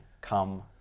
come